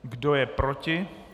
kdo je proti?